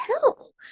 hell